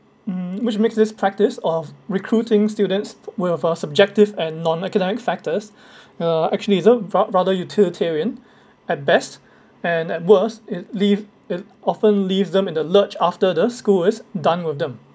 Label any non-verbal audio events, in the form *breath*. mm which makes this practice of recruiting students will have a subjective and non-academic factors *breath* uh actually it's a what rather utilitarian at best and at worst it leave it often leave them in the lurch after the school is done with them